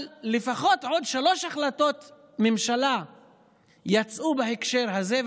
אבל לפחות עוד שלוש החלטות ממשלה יצאו בהקשר הזה,